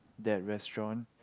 that restaurant